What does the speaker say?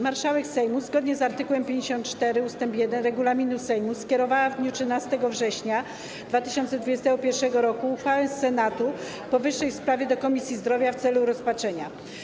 Marszałek Sejmu zgodnie z art. 54 ust. 1 regulaminu Sejmu skierowała w dniu 13 września 2021 r. uchwałę Senatu w powyższej sprawie do Komisji Zdrowia w celu rozpatrzenia.